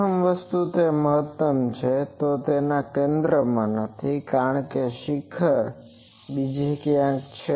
પ્રથમ વસ્તુ તે મહત્તમ છે તો તે કેન્દ્રમાં નથી કારણ કે શિખર બીજે ક્યાંક છે